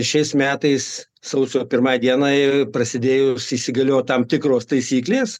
šiais metais sausio pirmai dienai prasidėjus įsigaliojo tam tikros taisyklės